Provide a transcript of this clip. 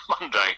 Monday